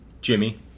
Jimmy